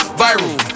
viral